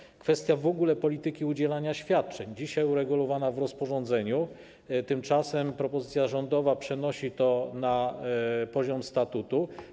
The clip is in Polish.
Chodzi o kwestię w ogóle polityki udzielania świadczeń, dzisiaj uregulowaną w rozporządzeniu, tymczasem propozycja rządowa przenosi to na poziom statutu.